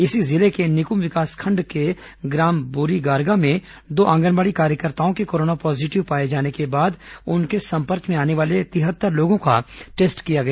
इसी जिले के निक्म विकासखंड के ग्राम बोरीगारका में दो आंगनबाड़ी कार्यकर्ताओं के कोरोना पॉजीटिव पाए जोने के बाद उनके संपर्क में आने वाले तिहत्तर लोगों का टेस्ट किया गया